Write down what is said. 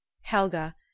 Helga